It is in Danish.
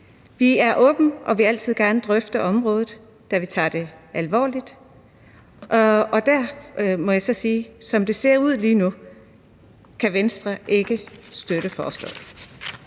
Vi er åbne og vil altid gerne drøfte området, da vi tager det alvorligt, og der må jeg så sige, at som det ser ud lige nu, kan Venstre ikke støtte forslaget.